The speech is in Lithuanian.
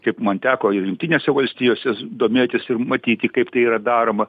kaip man teko ir jungtinėse valstijose domėtis ir matyti kaip tai yra daroma